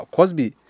Cosby